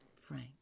Frank